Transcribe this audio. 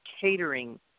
catering